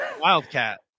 Wildcat